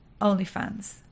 OnlyFans